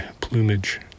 plumage